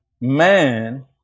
man